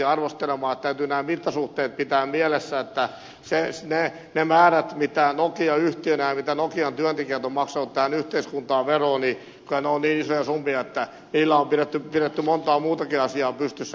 täytyy nämä mittasuhteet pitää mielessä että ne määrät mitä nokia yhtiönä ja mitä nokian työntekijät ovat maksaneet tähän yhteiskuntaan veroa ovat niin isoja summia että niillä on pidetty montaa muutakin asiaa pystyssä